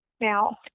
now